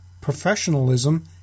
professionalism